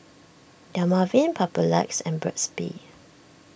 Dermaveen Papulex and Burt's Bee